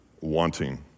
wanting